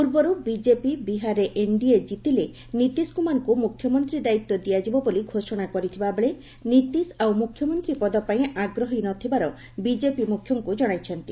ପୂର୍ବରୁ ବିଜେପି ବିହାରରେ ଏନ୍ଡିଏ ଜିତିଲେ ନିତିଶ କୁମାରଙ୍କୁ ମୁଖ୍ୟମନ୍ତ୍ରୀ ଦାୟିତ୍ୱ ଦିଆଯିବ ବୋଲି ଘୋଷଣା କରିଥିବା ବେଳେ ନିତିଶ ଆଉ ମୁଖ୍ୟମନ୍ତ୍ରୀ ପଦ ପାଇଁ ଆଗ୍ରହୀ ନ ଥିବାର ବିଜେପି ମୁଖ୍ୟଙ୍କୁ ଜଣାଇଛନ୍ତି